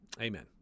Amen